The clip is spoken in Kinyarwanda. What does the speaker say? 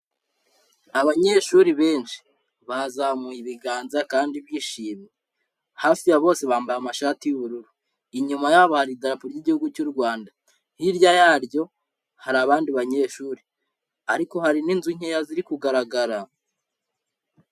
Abanyeshuri benshi. Bazamuye ibiganza kandi bishimye. Hafi ya bose bambaye amashati y'ubururu. Inyuma yabo hari Idarapo ry'Igihugu cy'u Rwanda. Hirya yaryo hari abandi banyeshuri. Ariko hari n'inzu nkeya ziri kugaragara.